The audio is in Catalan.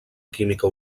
química